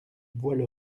voient